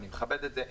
ואני מכבד את זה,